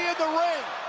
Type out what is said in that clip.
the ring!